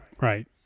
Right